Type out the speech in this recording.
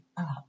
up